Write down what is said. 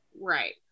Right